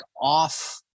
off